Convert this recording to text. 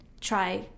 try